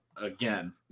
again